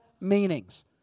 meanings